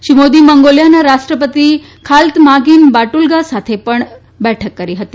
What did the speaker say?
શ્રી મોદી મંગોલીયાના રાષ્ટ્રપતિ Khaltmaagiin Battulga સાથે પણ બેઠક કરી હતી